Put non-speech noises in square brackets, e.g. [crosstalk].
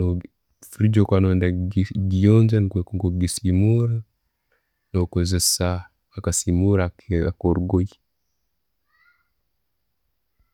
Fridge owo'kuba no'yenda giyonja rundi nko'gisimura, no'kozesa akasimura ako'rugoye. [noise]